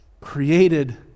created